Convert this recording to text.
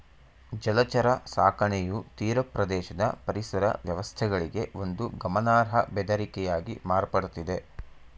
ಜಲಚರ ಸಾಕಣೆಯು ತೀರಪ್ರದೇಶದ ಪರಿಸರ ವ್ಯವಸ್ಥೆಗಳಿಗೆ ಒಂದು ಗಮನಾರ್ಹ ಬೆದರಿಕೆಯಾಗಿ ಮಾರ್ಪಡ್ತಿದೆ